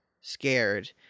scared